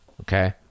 okay